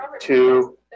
two